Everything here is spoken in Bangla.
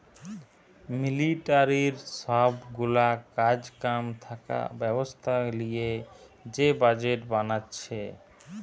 মিলিটারির সব গুলা কাজ কাম থাকা ব্যবস্থা লিয়ে যে বাজেট বানাচ্ছে